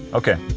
ok